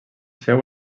féu